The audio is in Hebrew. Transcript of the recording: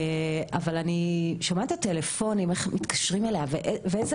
אבל אני שומעת את הטלפונים איך מתקשרים אליה ואיזה